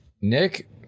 Nick